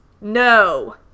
No